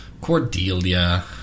Cordelia